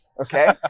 Okay